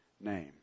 name